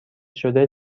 شده